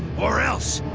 or else.